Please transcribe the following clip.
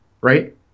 right